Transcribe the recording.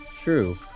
True